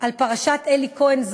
על פרשת אלי כהן,